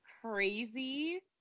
crazy